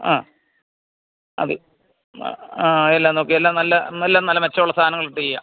ആ അത് ആ എല്ലാം നോക്കി എല്ലാം നല്ല നല്ല നല്ല മെച്ചമുള്ള സാധനങ്ങള് ഇട്ട് ചെയ്യാം